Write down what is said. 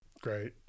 Great